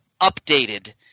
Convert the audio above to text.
updated